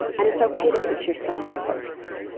and it's okay to put yourself first.